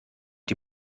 die